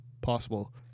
possible